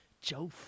Joe